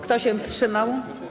Kto się wstrzymał?